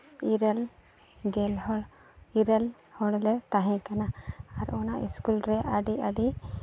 ᱤᱨᱟᱹᱞ ᱜᱮᱞ ᱦᱚᱲ ᱤᱨᱟᱹᱞ ᱦᱚᱲ ᱞᱮ ᱛᱟᱦᱮᱸ ᱠᱟᱱᱟ ᱟᱨ ᱚᱱᱟ ᱥᱠᱩᱞ ᱨᱮ ᱟᱹᱰᱤ ᱟᱹᱰᱤ